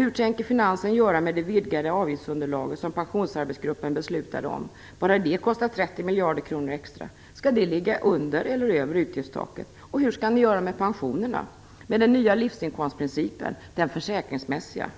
Hur tänker finansen göra med det vidgade avgiftsunderlaget som pensionsarbetsgruppen beslutade om? Bara det kostar 30 miljarder kronor extra. Skall det ligga under eller över utgiftstaket? Och hur skall man göra med pensionerna eller med den nya livsinkomstprincipen - den försäkringsmässiga?